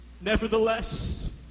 Nevertheless